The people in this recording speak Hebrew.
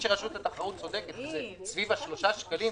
שרשות התחרות צודקת וזה סביב ה-3 שקלים,